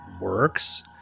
works